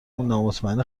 نامطمئن